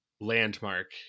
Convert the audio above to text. landmark